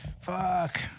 Fuck